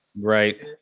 Right